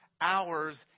hours